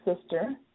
sister